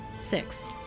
six